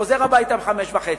חוזר הביתה ב-17:30,